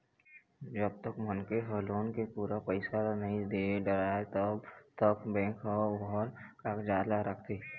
जब तक मनखे ह लोन के पूरा पइसा ल नइ दे डारय तब तक बेंक ह ओ कागजात ल राखथे